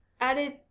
added